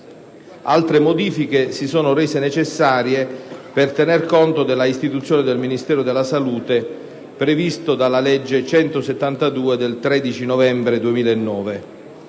Altre modifiche si sono rese necessarie per tener conto dell'istituzione del Ministero della salute, previsto dalla legge 13 novembre 2009,